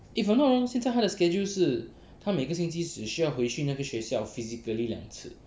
if I'm not wrong 现在他的 schedule 是他每个星期只需要回去那个学校 physically 两次